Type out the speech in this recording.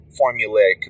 formulaic